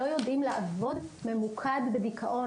לא יודעים לעבוד ממוקד בדיכאון,